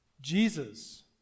Jesus